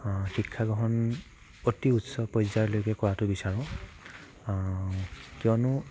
শিক্ষা গ্ৰহণ অতি উচ্চ পৰ্যায়লৈকে কৰাতো বিচাৰোঁ কিয়নো